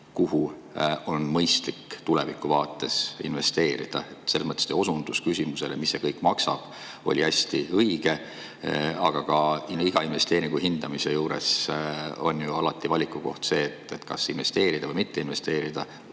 kuhu on mõistlik tulevikuvaates investeerida. Selles mõttes oli teie osundus küsimusele, mis see kõik maksab, hästi õige. Aga iga investeeringu hindamise juures on alati ka valikukoht, kas investeerida või mitte investeerida,